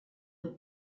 est